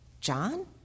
John